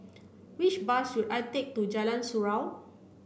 which bus should I take to Jalan Surau